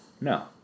No